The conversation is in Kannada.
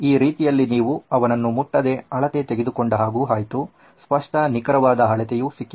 ಈ ರೀತಿಯಲ್ಲಿ ನೀವು ಅವನನ್ನು ಮುಟ್ಟದೆ ಅಳತೆ ತೆಗೆದುಕೊಂಡ ಹಾಗೂ ಆಯ್ತು ಸ್ಪಷ್ಟ ನಿಖರವಾದ ಅಳತೆವು ಸಿಕ್ಕಿತು